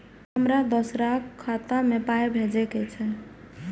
हमरा दोसराक खाता मे पाय भेजे के छै?